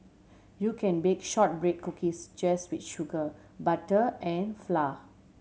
you can bake shortbread cookies just with sugar butter and flour